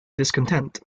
discontent